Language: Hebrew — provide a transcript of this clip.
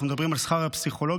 אנחנו מדברים על שכר הפסיכולוגים,